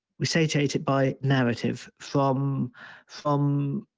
we satiate it by narrative from from